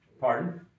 Pardon